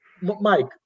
Mike